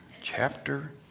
chapter